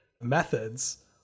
methods